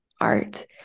art